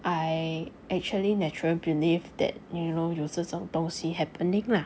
I actually naturally believe that you know 有这种东西 happening lah